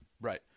Right